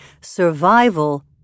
Survival